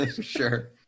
sure